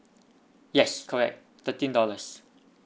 yes correct thirteen dollars